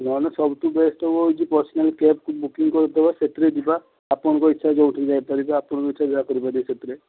ନହେନେ ସବୁଠୁ ବେଷ୍ଟ ହେବ ଏ ଯୋଉ ପର୍ସନାଲ୍ କ୍ୟାବ୍କୁ ବୁକିଙ୍ଗ କରିଦେବା ସେଇଥିରେ ଯିବା ଆପଣଙ୍କ ଇଚ୍ଛା ଯୋଉଠିକି ଯାଇପାରିବେ ଆପଣଙ୍କ ଇଚ୍ଛା ଯାହା କରିପାରିବେ ସେଥିରେ